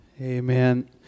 Amen